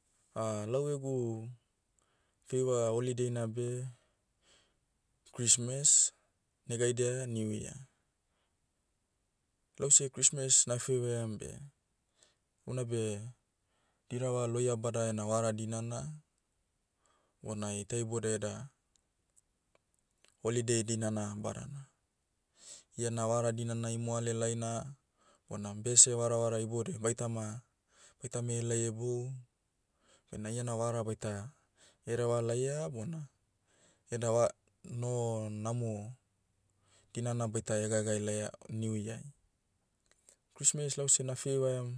lau egu, feiva holiday nabeh, christmas, negaidia, new year. Lause christmas na feivaiam beh, unabe, dirava lohiabada ena vara dinana, bona ita iboudai eda, holiday dinana badana. Iena vara dinana imoale laina, bona bese varavara iboudai baitama, baitame helai hebou, bena iena vara baita, hereva laia bona, eda va- noho, namo, dinana baita hegaegae laia, new year'ai. christmas lause na feivaiam,